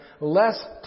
less